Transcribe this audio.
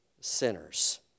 sinners